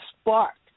sparked